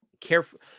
careful